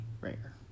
rare